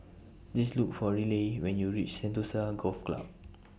Please Look For Riley when YOU REACH Sentosa Golf Club